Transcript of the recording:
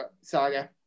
saga